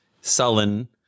sullen